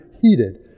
heated